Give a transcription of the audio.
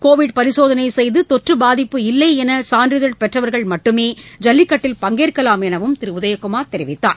Covid பரிசோதனை செய்து தொற்று பாதிப்பு இல்லை என சான்றிதழ் பெற்றவர்கள் மட்டுமே ஜல்லிக்கட்டில் பங்கேற்கலாம் எனவும் திரு உதயகுமார் தெரிவித்தார்